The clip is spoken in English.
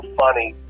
funny